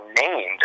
named